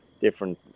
different